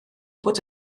bod